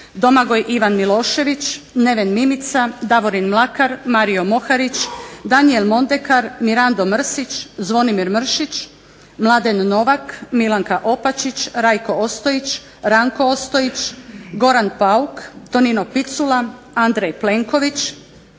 Domagoj Ivan Milošević, Neven Mimica, Davorin Mlakar, Mario Moharić, Daniel Mondekar, Mirando Mrsić, Zvonimir Mršić, Mladen Novak, Milanka Opačić, Rajko Ostojić, Ranko Ostojić, Goran Pauk, Tonino Picula, Andrej Plenković,